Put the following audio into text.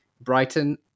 Brighton